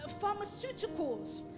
pharmaceuticals